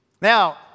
Now